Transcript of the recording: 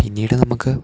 പിന്നീട് നമുക്ക്